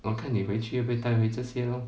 我看你回去会不会带回这些 lor